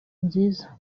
nziza